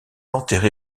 enterré